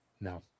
No